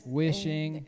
wishing